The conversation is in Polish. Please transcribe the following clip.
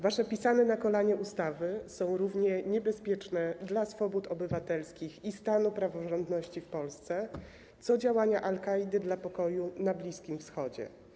Wasze pisane na kolanie ustawy są równie ogromnym zagrożeniem dla swobód obywatelskich i stanu praworządności w Polsce, jak działania Al-Kaidy dla pokoju na Bliskim Wschodzie.